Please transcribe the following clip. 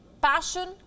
Passion